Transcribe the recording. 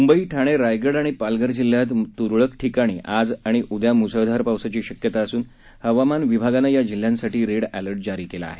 मुंबई ठाणे रायगड आणि पालघर जिल्ह्यात तुरळक ठिकाणी आज आणि उद्या मुसळधार पावसाची शक्यता असून हवामान विभागानं या जिल्ह्यांसाठी रेड अलर्ट जारी केला आहे